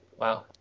Wow